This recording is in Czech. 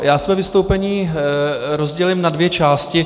Já své vystoupení rozdělím na dvě části.